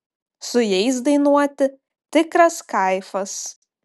su jais dainuoti tikras kaifas